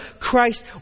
Christ